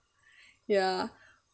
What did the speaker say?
ya